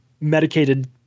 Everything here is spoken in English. medicated –